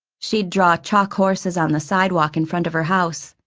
she'd draw chalk horses on the sidewalk in front of her house.